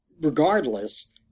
regardless